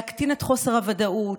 להקטין את חוסר הוודאות,